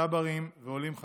צברים ועולים חדשים.